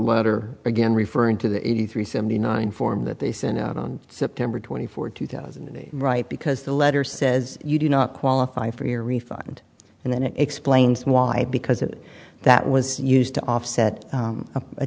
letter again referring to the eighty three seventy nine form that they sent in september twenty fourth two thousand and right because the letter says you do not qualify for your refund and then explains why because it that was used to offset